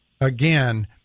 again